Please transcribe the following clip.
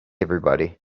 everybody